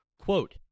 Quote